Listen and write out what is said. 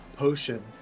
potion